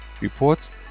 reports